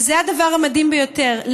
וזה הדבר המדהים ביותר,